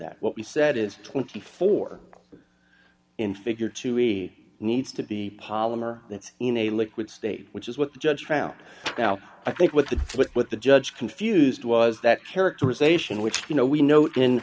that what we said is twenty four in figure two e needs to be polymer that's in a liquid state which is what the judge found now i think what the what the judge confused was that characterization which you know we know